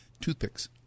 Toothpicks